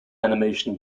animation